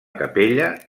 capella